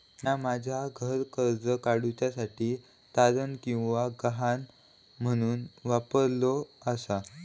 म्या माझा घर कर्ज काडुच्या साठी तारण किंवा गहाण म्हणून वापरलो आसा